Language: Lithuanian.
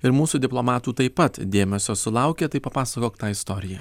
ir mūsų diplomatų taip pat dėmesio sulaukė tai papasakok tą istoriją